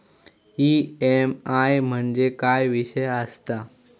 EMI म्हणजे काय विषय आसता?